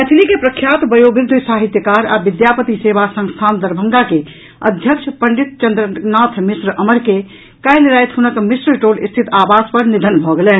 मैथिली के प्रख्यात वयोवृद्ध साहित्यकार आ विद्यापति सेवा संस्थान दरभंगा के अध्यक्ष पंडित चंद्रनाथ मिश्र अमर के काल्हि राति हुनक मिश्रटोल स्थित आवास पर निधन भऽ गेलनि